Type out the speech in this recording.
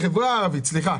בחברה הערבית, סליחה.